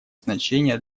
значение